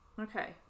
Okay